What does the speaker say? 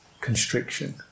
constriction